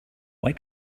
why